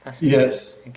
Yes